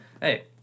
hey